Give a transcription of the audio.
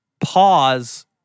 pause